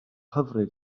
hyfryd